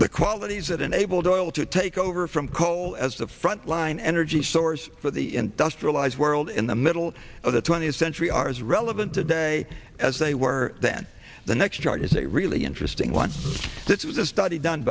the qualities that enabled oil to take over from coal as a front line energy source for the industrialized world in the middle of the twentieth century are as relevant today as they were then the next chart is a really interesting one this is a study done